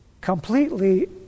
completely